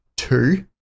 two